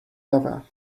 lever